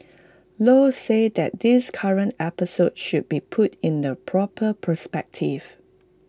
low said that this current episode should be put in the proper perspective